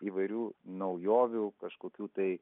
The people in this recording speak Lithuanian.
įvairių naujovių kažkokių tai